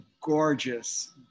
gorgeous